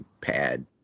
pad